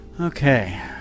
Okay